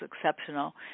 exceptional